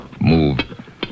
Move